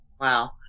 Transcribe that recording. Wow